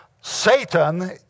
Satan